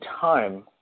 time